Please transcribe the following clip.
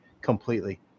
completely